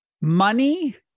Money